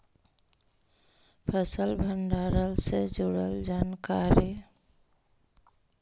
फसल भंडारन से जुड़ल जानकारी?